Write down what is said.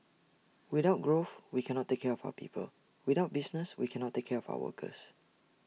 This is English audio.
without growth we cannot take care of our people without business we cannot take care of our workers